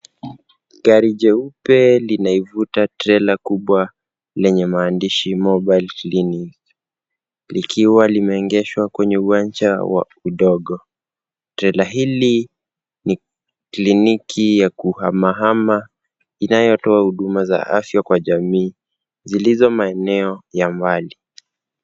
Gari jeupe linaivuta trela kubwa lenye maandishi Mobile Clinic likiwa limeegeshwa kwenye uwanja wa udongo. Trela hili ni kliniki ya kuhamahama inayotoa huduma za afya kwa jamii zilizo maeneo ya mbali.